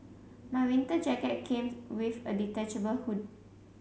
my winter jacket came with a detachable hood